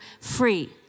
free